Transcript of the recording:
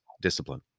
discipline